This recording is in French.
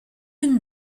une